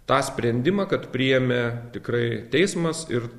tą sprendimą kad priėmė tikrai teismas ir